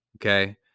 okay